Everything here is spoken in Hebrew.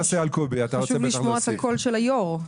חשוב לשמוע את הקול של היו"ר.